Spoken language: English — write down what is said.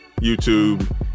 YouTube